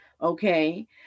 okay